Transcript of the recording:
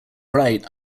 write